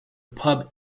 pub